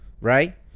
Right